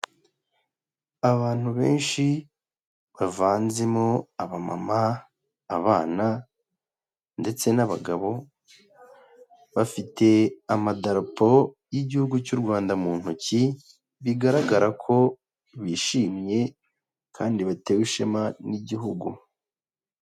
Abantu benshi bavanzemo aba mama, abana ndetse n'abagabo bafite amadarapo y'igihugu cy'u Rwanda mu ntoki, bigaragara ko bishimye kandi batewe ishema n'igihugu.